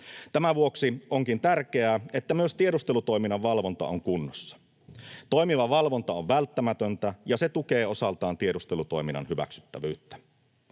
Tämän vuoksi onkin tärkeää, että myös tiedustelutoiminnan valvonta on kunnossa. Toimiva valvonta on välttämätöntä, ja se tukee osaltaan tiedustelutoiminnan hyväksyttävyyttä.